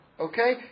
Okay